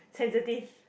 sensitive